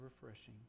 refreshing